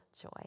joy